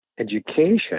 education